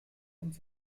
und